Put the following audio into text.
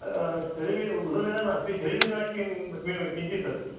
शरीरे उदरवेदना नास्ति शरीरवेदना किं किञ्चित् अस्ति